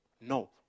No